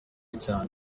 cyane